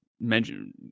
mention